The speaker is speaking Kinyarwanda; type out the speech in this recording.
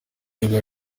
aregwa